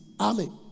Amen